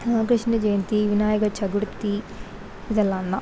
Krishnar Jayanthi Vinayagar Chaturthi இதெல்லாம்தான்